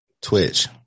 Twitch